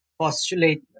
Postulate